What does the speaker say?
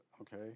Okay